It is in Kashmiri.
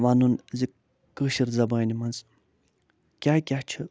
وَنُن زِ کٲشِر زبانہِ منٛز کیٛاہ کیٛاہ چھِ